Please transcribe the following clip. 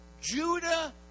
Judah